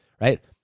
right